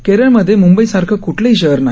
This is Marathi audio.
केरळमध्ये मुंबईसारखं कुठलंही शहर नाही